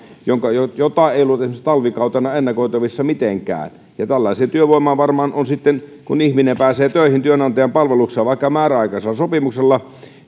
joka ei ole ollut esimerkiksi talvikautena ennakoitavissa mitenkään ja tällaiseen työvoimaan varmaan on sitten tarve kun ihminen pääsee töihin työnantajan palvelukseen vaikka määräaikaisella sopimuksella